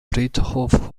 friedhof